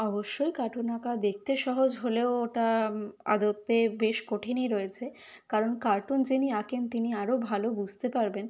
অবশ্যই কার্টুন আঁকা দেখতে সহজ হলেও ওটা আদতে বেশ কঠিনই রয়েছে কারণ কার্টুন যিনি আঁকেন তিনি আরও ভালো বুঝতে পারবেন